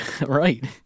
Right